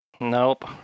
Nope